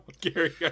Gary